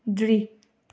draw